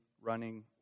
running